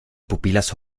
pupilas